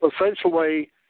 essentially